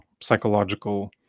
psychological